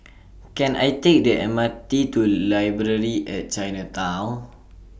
Can I Take The M R T to Library At Chinatown